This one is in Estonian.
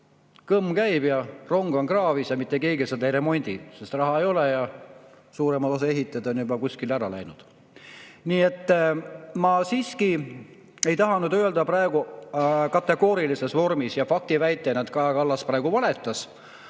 Kõmm käib, ja rong on kraavis ja mitte keegi seda ei remondi, sest raha ei ole ja suurem osa ehitajaid on juba kuskile ära läinud. Ma siiski ei taha öelda praegu kategoorilises vormis ja faktiväitena, et Kaja Kallas praegu valetas.